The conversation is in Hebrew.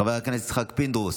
חבר הכנסת יצחק פינדרוס,